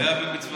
זה היה במצווה.